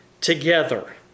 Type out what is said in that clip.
together